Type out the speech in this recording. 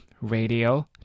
Radio